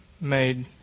made